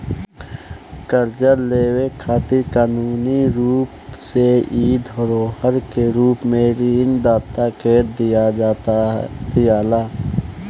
कर्जा लेवे खातिर कानूनी रूप से इ धरोहर के रूप में ऋण दाता के दियाला